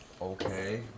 Okay